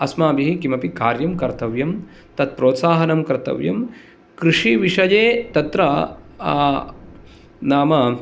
अस्माभिः किमपि कार्यं कर्तव्यं तत् प्रोत्साहनं कर्तव्यं कृषिविषये तत्र नाम